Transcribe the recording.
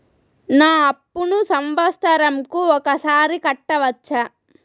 నా అప్పును సంవత్సరంకు ఒకసారి కట్టవచ్చా?